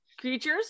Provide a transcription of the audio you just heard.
Creatures